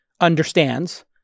understands